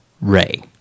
ray